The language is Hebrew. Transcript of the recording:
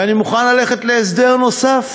ואני מוכן ללכת להסדר נוסף: